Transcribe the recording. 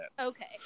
Okay